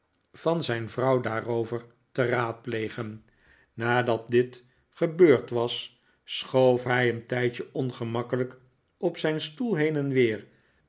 van zijn vrouw daarover te raadplegen nadat dit gebeurd was schoof hij een tijdje ongemakkelijk op zijn stoel heen en weer